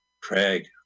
Craig